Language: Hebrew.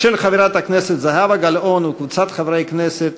של חברת הכנסת זהבה גלאון וקבוצת חברי הכנסת.